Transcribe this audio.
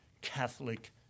Catholic